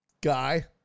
guy